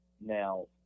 Now